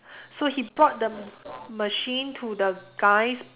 so he brought the machine to the guy's